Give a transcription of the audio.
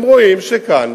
הם רואים שכאן